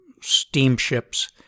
steamships